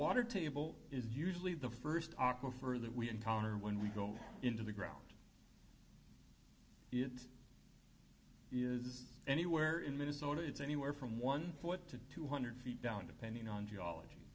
water table is usually the first awkward for that we encounter when we go into the ground it is anywhere in minnesota it's anywhere from one foot to two hundred feet down depending on geology